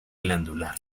glandular